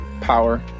power